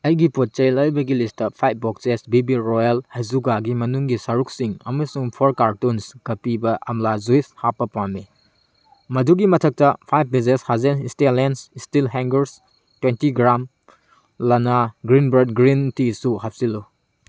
ꯑꯩꯒꯤ ꯄꯣꯠ ꯆꯩ ꯂꯩꯕꯒꯤ list five boxes B B Royal ꯍꯩꯖꯨꯒꯥꯒꯤ ꯃꯅꯨꯡꯒꯤ ꯁꯔꯨꯛꯁꯤꯡ ꯑꯃꯁꯨꯡ ꯐꯣꯔ ꯀꯥꯔꯇꯨꯟꯁ ꯀꯥꯄꯤꯕ ꯑꯝꯂꯥ ꯖ꯭ꯋꯨꯏꯁ ꯍꯥꯞꯄ ꯄꯥꯝꯃꯤ ꯃꯗꯨꯒꯤ ꯃꯊꯛꯇ five pieces Hazel stainless steel hangers twenty gram ꯂꯥꯟꯅꯥ ꯒ꯭ꯔꯤꯟꯕꯥꯔ꯭ꯗ ꯒ꯭ꯔꯤꯟ ꯇꯤꯁꯨ ꯍꯥꯞꯆꯤꯜꯂꯨ